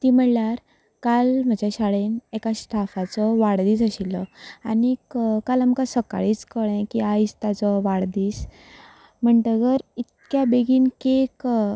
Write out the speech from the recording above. ती म्हणल्यार काल म्हजे शाळेंत एका स्टाफाचो वाडदीस आशिल्लो आनी काल आमकां सकाळींच कळ्ळें की आयज ताजो वाडदीस म्हणटगर इतक्या बेगीन केक